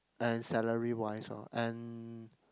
and salary wise lor and